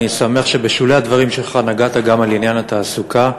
אני שמח שבשולי הדברים שלך נגעת גם בעניין התעסוקה,